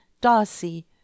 Darcy